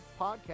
podcast